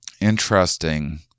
interesting